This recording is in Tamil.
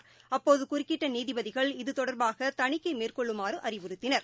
இது அப்போதுகுறுக்கிட்டநீதிபதிகள் தொடர்பாகதணிக்கைமேற்கொள்றுமாறுஅறிவுறுத்தினர்